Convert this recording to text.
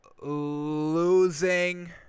losing